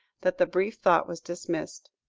that the brief thought was dismissed.